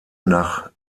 nach